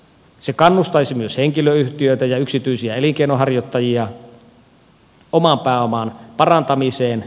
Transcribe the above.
se kannustaisi myös henkilöyhtiöitä ja yksityisiä elinkeinoharjoittajia oman pääoman parantamiseen